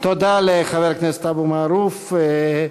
במזרח התיכון,